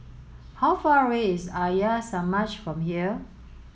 how far away is Arya Samaj from here